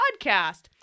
podcast